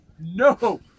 No